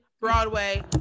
Broadway